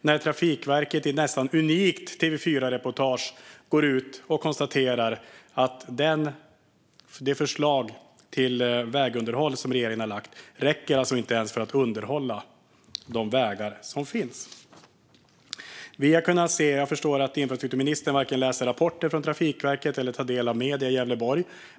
I ett nästan unikt TV4-reportage gick Trafikverket ut och konstaterade att det förslag till vägunderhåll som regeringen har lagt fram inte ens räcker för att underhålla de vägar som finns. Jag förstår att infrastrukturministern varken läser rapporter från Trafikverket eller tar del av medier i Gävleborg.